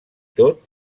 tot